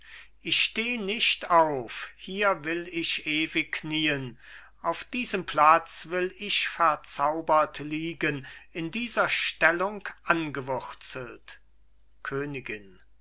ich steh nicht auf hier will ich ewig knien auf diesem platz will ich verzaubert liegen in dieser stellung angewurzelt königin